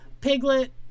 Piglet